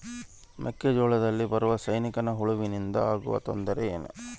ಮೆಕ್ಕೆಜೋಳದಲ್ಲಿ ಬರುವ ಸೈನಿಕಹುಳುವಿನಿಂದ ಆಗುವ ತೊಂದರೆ ಏನು?